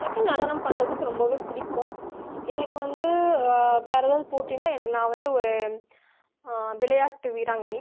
எனக்கு நடனம் பண்ணுறதுக்கு ரொம்பவே பிடிக்கும் எனக்கு வந்து வேறு ஏதாவது போட்டினா என்ன நான் வந்து ஒரு விளையாட்டு வீராங்கனை